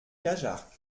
cajarc